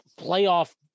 playoff